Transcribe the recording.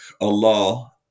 Allah